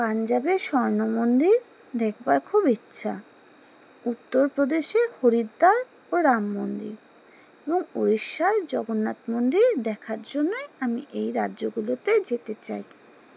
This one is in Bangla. পঞ্জাবের স্বর্ণমন্দির দেখবার খুব ইচ্ছা উত্তরপ্রদেশে হরিদ্বার ও রাম মন্দির এবং উড়িষ্যার জগন্নাথ মন্দির দেখার জন্যই আমি এই রাজ্যগুলোতে যেতে চাই